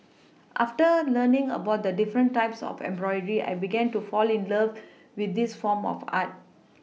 after learning about the different types of embroidery I began to fall in love with this form of art